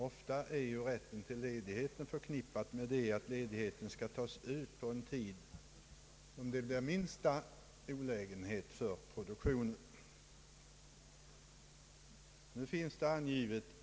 Ofta är ju rätten till ledighet förknippad med att ledigheten skall tas ut på en tid då det blir minsta olägenhet för produktionen.